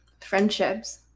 friendships